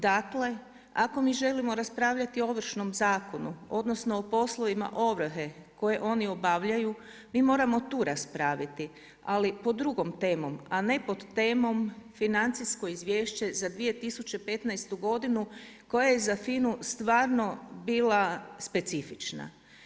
Dakle, ako mi želimo raspravljati o Ovršnom zakonu, odnosno o poslovima ovrhe koji oni obavljaju, mi moramo tu raspraviti, ali pod drugom temom a ne pod temom Financijsko izvješće za 2015. godinu koje je za FINA-u stvarno bila specifična.